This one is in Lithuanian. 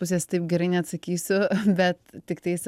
pusės taip gerai neatsakysiu bet tiktais